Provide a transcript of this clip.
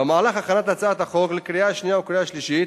במהלך הכנת הצעת החוק לקריאה שנייה וקריאה שלישית